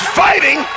fighting